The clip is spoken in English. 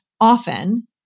often